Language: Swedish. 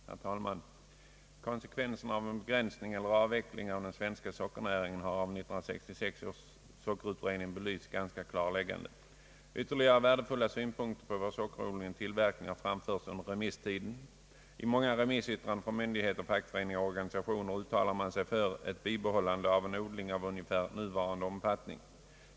Herr talman! Konsekvenserna av en begränsning eller avveckling av den svenska sockernäringen, har av 1966 års sockerutredning belysts ganska klarläggande. Ytterligare värdefulla synpunkter på vår sockerodling och tillverkning har framförts under remisstiden. I många remissyttranden från myndigheter, fackföreningar och organisationer uttalar man sig för ett bibehållande av en odling av ungefär nuvarande omfattning.